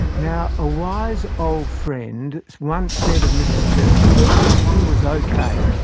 now a wise old friend once said of mr churchill that winston was ok,